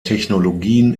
technologien